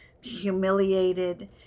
humiliated